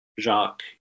Jacques